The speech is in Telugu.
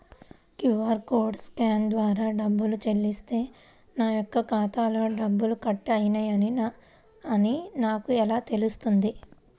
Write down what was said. క్యూ.అర్ కోడ్ని స్కాన్ ద్వారా డబ్బులు చెల్లిస్తే నా యొక్క ఖాతాలో డబ్బులు కట్ అయినవి అని నాకు ఎలా తెలుస్తుంది?